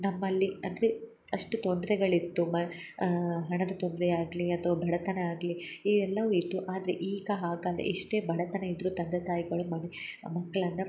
ನಮ್ಮಲ್ಲಿ ಅಂದರೆ ಅಷ್ಟು ತೊಂದ್ರೆಗಳಿತ್ತು ಮ ಹಣದ ತೊಂದರೆ ಆಗಲಿ ಅಥ್ವಾ ಬಡತನ ಆಗಲಿ ಈ ಎಲ್ಲವು ಇತ್ತು ಆದರೆ ಈಗ ಹಾಗಲ್ಲ ಎಷ್ಟೇ ಬಡತನ ಇದ್ದರೂ ತಂದೆ ತಾಯಿಗಳು ಮನು ಮಕ್ಳನ್ನು